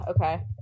Okay